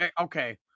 Okay